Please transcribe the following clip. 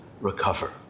recover